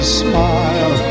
smile